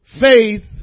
Faith